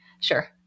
sure